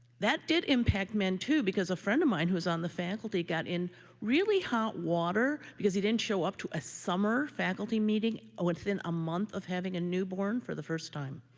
that did impact men too, because a friend of mine who is on the faculty got in really hot water because he didn't show up to a summer faculty meeting within a month of having a newborn for the first time,